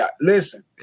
Listen